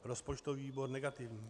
Rozpočtový výbor negativní.